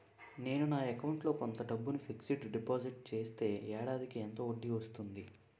నేను నా అకౌంట్ లో కొంత డబ్బును ఫిక్సడ్ డెపోసిట్ చేస్తే ఏడాదికి ఎంత వడ్డీ వస్తుంది?